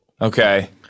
Okay